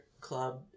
Club